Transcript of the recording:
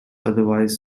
otherwise